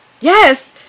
Yes